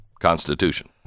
Constitution